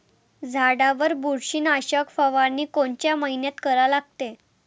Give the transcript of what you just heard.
झाडावर बुरशीनाशक फवारनी कोनच्या मइन्यात करा लागते?